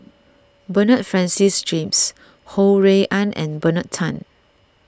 Bernard Francis James Ho Rui An and Bernard Tan